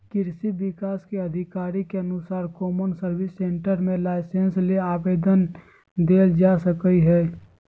कृषि विभाग के अधिकारी के अनुसार कौमन सर्विस सेंटर मे लाइसेंस ले आवेदन देल जा सकई हई